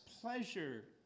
pleasure